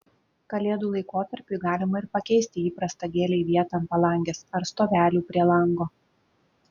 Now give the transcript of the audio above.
kalėdų laikotarpiui galima ir pakeisti įprastą gėlei vietą ant palangės ar stovelių prie lango